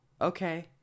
Okay